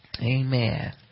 Amen